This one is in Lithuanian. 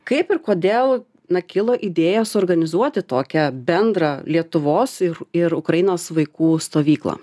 kaip ir kodėl na kilo idėja suorganizuoti tokią bendrą lietuvos ir ir ukrainos vaikų stovyklą